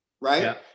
Right